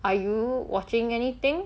are you watching anything